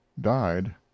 died